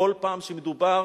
כל פעם שמדובר